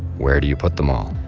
where do you put them all?